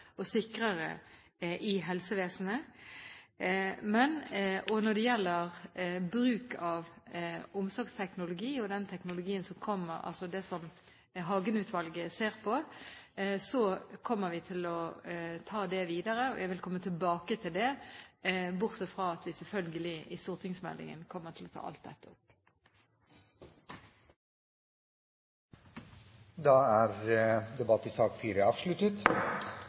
og sikrere i helsevesenet. Når det gjelder bruk av omsorgsteknologi og den teknologien som kommer – altså det som Hagen-utvalget ser på – kommer vi til å ta det videre. Jeg vil komme tilbake til det, bortsett fra at vi selvfølgelig i stortingsmeldingen kommer til å ta alt dette opp. Dermed er debatten i sak nr. 4 avsluttet.